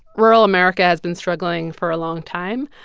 rural america has been struggling for a long time.